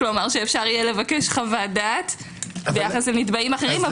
כלומר שאפשר יהיה לבקש חוות דעת ביחס לנתבעים אחרים,